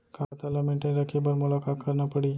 खाता ल मेनटेन रखे बर मोला का करना पड़ही?